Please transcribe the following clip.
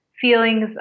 feelings